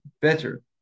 better